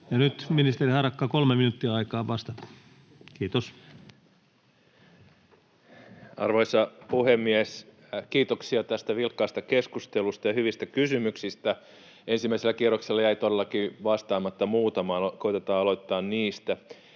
valtion talousarvioksi vuodelle 2023 Time: 16:57 Content: Arvoisa puhemies! Kiitoksia tästä vilkkaasta keskustelusta ja hyvistä kysymyksistä. Ensimmäisellä kierroksella jäi todellakin vastaamatta muutamaan, koetetaan aloittaa niistä.